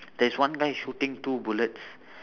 there's one guy shooting two bullets